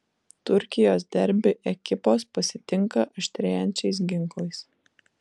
turkijos derbį ekipos pasitinka aštrėjančiais ginklais